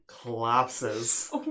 collapses